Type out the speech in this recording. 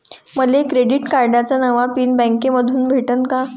मले क्रेडिट कार्डाचा नवा पिन बँकेमंधून भेटन का?